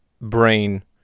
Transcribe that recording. brain